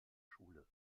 schule